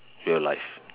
real life